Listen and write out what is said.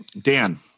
Dan